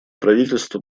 правительство